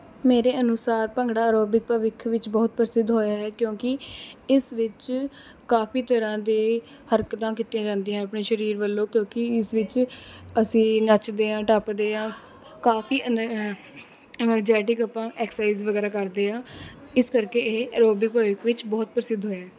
ਮੇਰੇ ਅਨੁਸਾਰ ਭੰਗੜਾ ਐਰੋਬਿਕ ਭਵਿੱਖ ਵਿੱਚ ਬਹੁਤ ਪ੍ਰਸਿੱਧ ਹੋਇਆ ਹੈ ਕਿਉਂਕਿ ਇਸ ਵਿੱਚ ਕਾਫੀ ਤਰ੍ਹਾਂ ਦੇ ਹਰਕਤਾਂ ਕੀਤੀਆਂ ਜਾਂਦੀਆਂ ਹੈ ਆਪਣੇ ਸਰੀਰ ਵੱਲੋਂ ਕਿਉਂਕਿ ਇਸ ਵਿੱਚ ਅਸੀਂ ਨੱਚਦੇ ਹਾਂ ਟੱਪਦੇ ਹਾਂ ਕਾਫੀ ਅਨੈ ਅਨਰਜੈਟਿਕ ਆਪਾਂ ਐਕਸਰਸਾਈਜ਼ ਵਗੈਰਾ ਕਰਦੇ ਹਾਂ ਇਸ ਕਰਕੇ ਇਹ ਐਰੋਬਿਕ ਭਵਿੱਖ ਵਿੱਚ ਬਹੁਤ ਪ੍ਰਸਿੱਧ ਹੋਇਆ